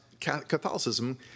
Catholicism